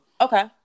Okay